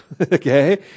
Okay